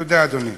תודה, אדוני.